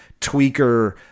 tweaker